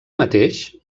mateix